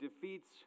defeats